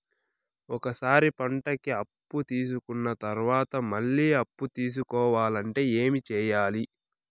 ఒక సారి పంటకి అప్పు తీసుకున్న తర్వాత మళ్ళీ అప్పు తీసుకోవాలంటే ఏమి చేయాలి?